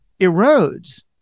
erodes